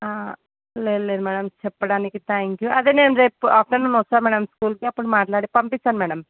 లేదు లేదు మ్యాడమ్ చెప్పడానికి త్యాంక్ యూ అదే నేను రేపు ఆఫ్టర్నూన్ వస్తా మ్యాడమ్ స్కూల్కి అప్పుడు మాట్లాడి పంపిస్తాను మ్యాడమ్